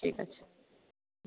ঠিক আছে হুম